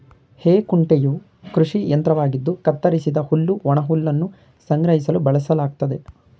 ಹೇ ಕುಂಟೆಯು ಕೃಷಿ ಯಂತ್ರವಾಗಿದ್ದು ಕತ್ತರಿಸಿದ ಹುಲ್ಲು ಒಣಹುಲ್ಲನ್ನು ಸಂಗ್ರಹಿಸಲು ಬಳಸಲಾಗ್ತದೆ